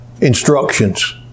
instructions